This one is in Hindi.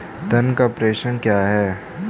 धन का प्रेषण क्या है?